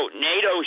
NATO